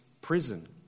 prison